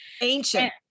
Ancient